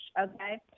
okay